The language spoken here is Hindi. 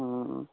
हाँ